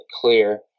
clear